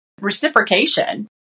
reciprocation